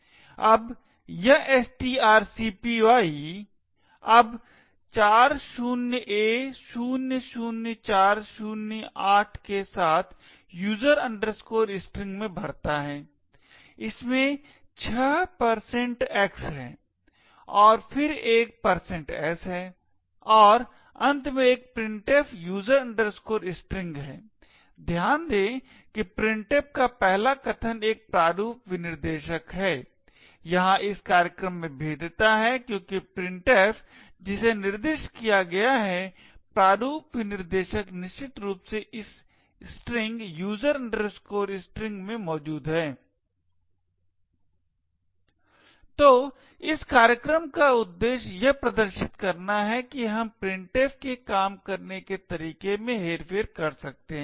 अब यह strcpy अब 40a00408 के साथ user string में भरता है इसमें छह x है और फिर एक s है और अंत में एक printf user string है ध्यान दें कि printf का पहला कथन एक प्रारूप विनिर्देशक है यहाँ इस कार्यक्रम में भेद्यता है क्योंकि printf जिसे निर्दिष्ट किया गया है प्रारूप विनिर्देशक निश्चित रूप से इस स्ट्रिंग user string में मौजूद है तो इस कार्यक्रम का उद्देश्य यह प्रदर्शित करना है कि हम printf के काम करने के तरीके में हेरफेर कर सकते हैं